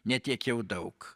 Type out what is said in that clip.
ne tiek jau daug